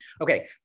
Okay